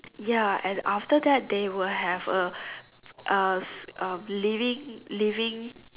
ya and after that they will have a uh uh leaving leaving